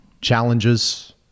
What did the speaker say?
challenges